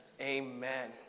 Amen